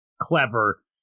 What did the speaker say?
clever